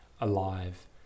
alive